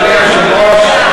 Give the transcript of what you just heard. אדוני היושב-ראש,